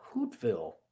Hootville